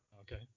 Okay